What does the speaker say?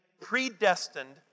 predestined